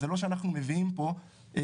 אז זה לא שאנחנו מביאים פה רטרואקטיבית